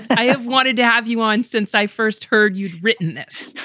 i have wanted to have you on since i first heard you'd written this.